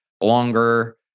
longer